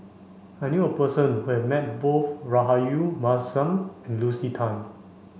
I knew a person who have met both Rahayu Mahzam and Lucy Tan